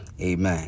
amen